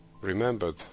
remembered